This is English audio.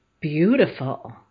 beautiful